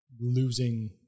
losing